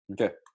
Okay